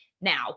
Now